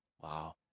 Wow